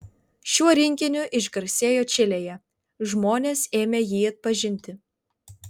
šiuo rinkiniu išgarsėjo čilėje žmonės ėmė jį atpažinti